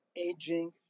aging